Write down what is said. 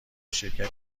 شرکتی